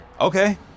Okay